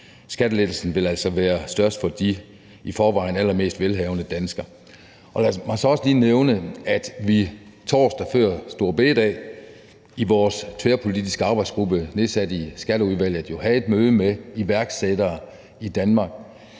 Skattelettelsen vil altså være størst for de i forvejen allermest velhavende danskere. Lad mig så også lige nævne, at vi torsdag før store bededag i vores tværpolitiske arbejdsgruppe nedsat i Skatteudvalget jo havde et møde med iværksættere i Danmark,